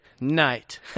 Night